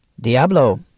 Diablo